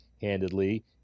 handedly